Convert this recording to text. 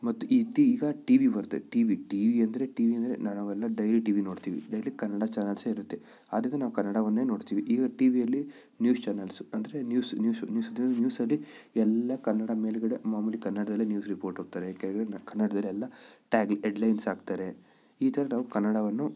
ಮತ್ತು ಇತ್ತಿ ಈಗ ಟಿವಿ ಬರುತ್ತೆ ಟಿವಿ ಟಿವಿ ಅಂದರೆ ಟಿವಿ ಅಂದರೆ ನಾನು ಅವೆಲ್ಲ ಡೈಲಿ ಟಿವಿ ನೋಡ್ತೀವಿ ಡೈಲಿ ಕನ್ನಡ ಚಾನಲ್ಸೇ ಇರುತ್ತೆ ಆದ್ದರಿಂದ ನಾವು ಕನ್ನಡವನ್ನೇ ನೋಡ್ತೀವಿ ಈಗ ಟಿವಿಯಲ್ಲಿ ನ್ಯೂಸ್ ಚಾನಲ್ಸ ಅಂದರೆ ನ್ಯೂಸು ನ್ಯೂಸು ನ್ಯೂಸು ನ್ಯೂಸಲ್ಲಿ ಎಲ್ಲ ಕನ್ನಡ ಮೇಲುಗಡೆ ಮಾಮೂಲಿ ಕನ್ನಡದಲ್ಲೇ ನ್ಯೂಸ್ ರಿಪೋರ್ಟ್ ಓದ್ತಾರೆ ಕೆಳಗಡೆ ಕನ್ನಡದಲ್ಲಿ ಎಲ್ಲ ಟ್ಯಾಗ್ ಎಡ್ ಲೈನ್ಸ್ ಹಾಕ್ತಾರೆ ಈ ಥರ ನಾವು ಕನ್ನಡವನ್ನು